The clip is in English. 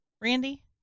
Randy